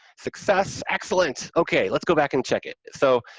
success. excellent. okay, let's go back and check it. so,